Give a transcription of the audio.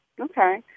Okay